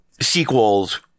sequels